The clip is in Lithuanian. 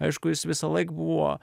aišku jis visąlaik buvo